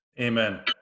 amen